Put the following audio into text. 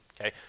Okay